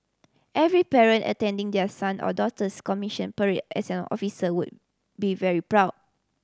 every parent attending their son or daughter's commission parade as an officer would be very proud